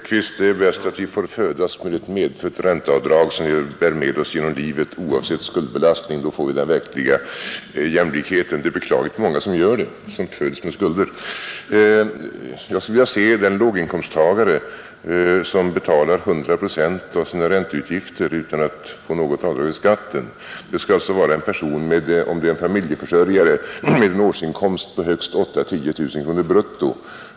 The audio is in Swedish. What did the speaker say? Herr talman! Det är bäst att vi föds med ett ränteavdrag, som vi bär med oss genom livet oavsett skuldbelastning — då får vi den verkliga jämlikheten. Det är också beklagligt många som föds med skulder. Jag skulle vilja se den låginkomsttagare som betalar 100 procent av sina ränteutgifter utan att få något avdrag på skatten. Det skall alltså, om det är en familjeförsörjare, vara en person med en årsinkomst på högst 8 000-10 000 kronor brutto.